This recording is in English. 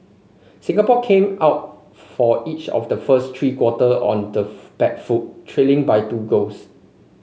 Singapore came out for each of the first three quarter on the back foot trailing by two goals